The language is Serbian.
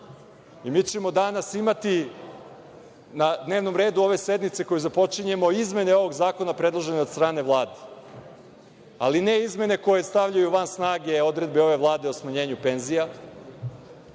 Mi ćemo danas imati na dnevnom redu ove sednice koju započinjemo izmene ovog zakona predložene od strane Vlade, ali ne izmene koje stavljaju van snage odredbe ove Vlade o smanjenju penzija,